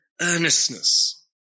earnestness